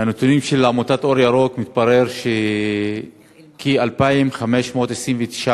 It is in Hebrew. מהנתונים של עמותת "אור ירוק" מתברר כי בשנת 2014